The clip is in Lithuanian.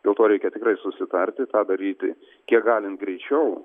dėl to reikia tikrai susitarti tą daryti kiek galint greičiau